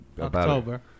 October